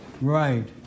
Right